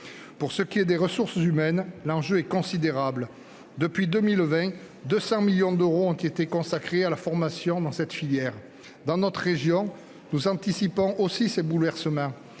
2022. S'agissant des ressources humaines, l'enjeu est considérable. Depuis 2020, 200 millions d'euros ont été consacrés à la formation dans cette filière. Dans notre région, nous anticipons aussi ces bouleversements.